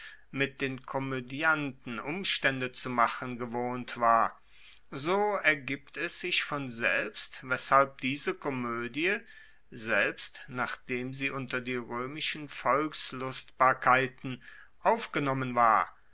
mit den komoedianten umstaende zu machen gewohnt war so ergibt es sich von selbst weshalb diese komoedie selbst nachdem sie unter die roemischen volkslustbarkeiten aufgenommen war